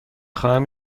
خواهم